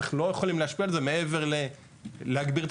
אנחנו לא יכולים להשפיע על זה מעבר ללהגביר את